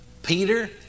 Peter